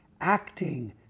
acting